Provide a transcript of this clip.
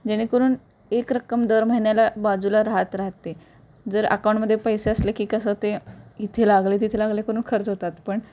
जेणेकरून एक रक्कम दर महिन्याला बाजूला राहत राहते जर अकाउंटमध्ये पैसे असले की कसं ते इथे लागले तिथे लागले करून खर्च होतात पण